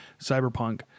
Cyberpunk